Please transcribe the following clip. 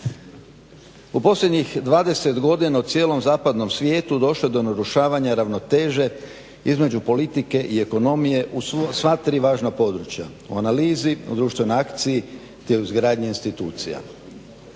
U posljednjih 20 godina u cijelom zapadnom svijetu došlo je do narušavanja ravnoteže između politike i ekonomije u sva tri važna područja o analizi o društvenoj akciji te u izgradnji institucija.